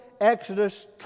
Exodus